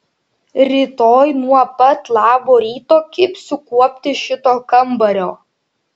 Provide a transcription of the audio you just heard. rytoj nuo pat labo ryto kibsiu kuopti šito kambario